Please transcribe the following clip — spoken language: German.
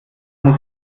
muss